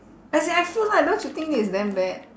as in I feel like don't you think it's damn bad